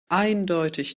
eindeutig